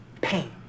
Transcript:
Pain